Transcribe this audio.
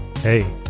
Hey